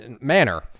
manner